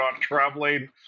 traveling